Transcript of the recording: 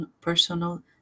personal